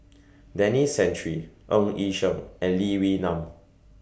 Denis Santry Ng Yi Sheng and Lee Wee Nam